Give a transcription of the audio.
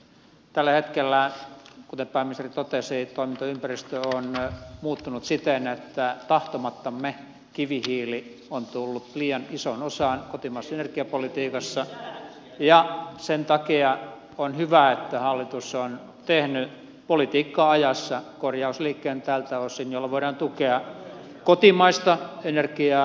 tällä hetkellä kuten pääministeri totesi toimintaympäristö on muuttunut siten että tahtomattamme kivihiili on tullut liian isoon osaan kotimaisessa energiapolitiikassa ja sen takia on hyvä että hallitus on tehnyt politiikkaa ajassa korjausliikkeen tältä osin jolloin voidaan tukea kotimaista energiaa